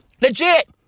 Legit